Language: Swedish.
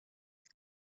det